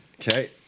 Okay